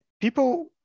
people